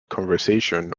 conversation